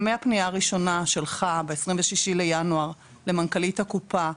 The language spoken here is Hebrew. מהפנייה הראשונה שלך ב-26 בינואר למנכ"לית הקופה,